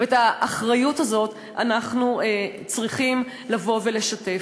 ואת האחריות הזאת אנחנו צריכים לבוא ולשתף.